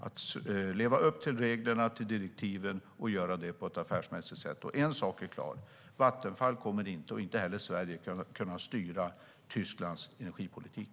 De ska leva upp till reglerna och direktiven och göra det på ett affärsmässigt sätt. En sak är klar: Vattenfall kommer inte, och inte heller Sverige, att kunna styra Tysklands energipolitik.